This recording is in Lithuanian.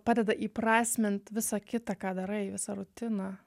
padeda įprasmint visa kita ką darai visą rutiną